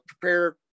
prepare